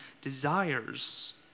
desires